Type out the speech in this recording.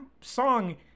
song